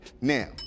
Now